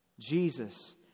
Jesus